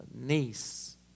niece